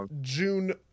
June